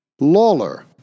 Lawler